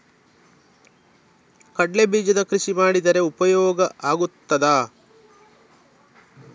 ಕಡ್ಲೆ ಬೀಜದ ಕೃಷಿ ಮಾಡಿದರೆ ಉಪಯೋಗ ಆಗುತ್ತದಾ?